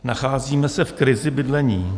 Nacházíme se v krizi bydlení.